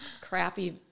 crappy